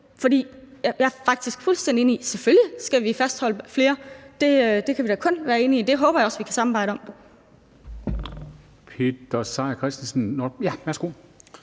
Jeg er faktisk fuldstændig enig i, at vi selvfølgelig skal fastholde flere. Det kan vi da kun være enige i. Det håber jeg også at vi kan samarbejde om.